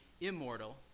immortal